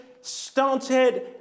started